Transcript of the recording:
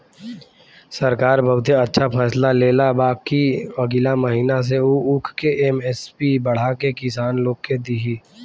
सरकार बहुते अच्छा फैसला लेले बा कि अगिला महीना से उ ऊख के एम.एस.पी बढ़ा के किसान लोग के दिही